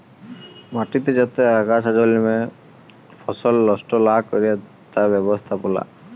মাটিতে যাতে আগাছা জল্মে ফসল লস্ট লা ক্যরে তার ব্যবস্থাপালা